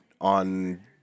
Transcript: on